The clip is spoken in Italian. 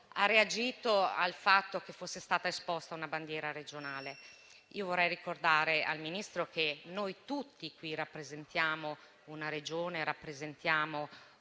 sua reazione, quando è stata esposta una bandiera regionale. Vorrei ricordare al Ministro che noi tutti qui rappresentiamo una Regione, rappresentiamo